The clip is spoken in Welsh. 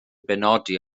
benodi